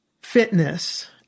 fitness